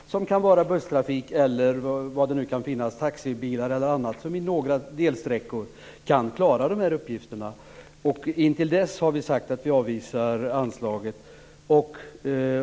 Det kan vara t.ex. busstrafik, taxibilar eller något annat som på några delsträckor kan klara de här uppgifterna. Intill dess har vi sagt att vi avvisar anslaget.